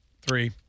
Three